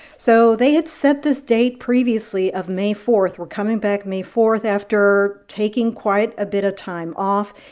so they had set this date previously of may four. we're coming back may four after taking quite a bit of time off.